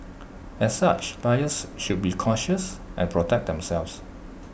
as such buyers should be cautious and protect themselves